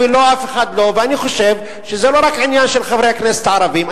אני חושב שזה לא רק עניין של חברי הכנסת הערבים,